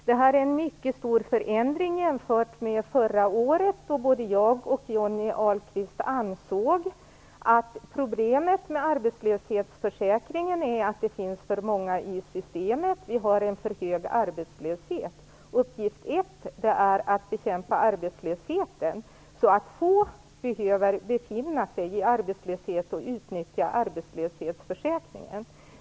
Detta är en mycket stor förändring jämfört med förra året då både jag och Johnny Ahlqvist ansåg att problemet med arbetslöshetsförsäkringen var att det fanns för många i systemet. Vi har en för hög arbetslöshet. Uppgift ett är att bekämpa arbetslösheten så att få behöver befinna sig i arbetslöshet och utnyttja arbetslöshetsförsäkringen.